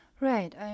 Right